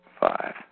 Five